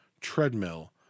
treadmill